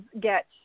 get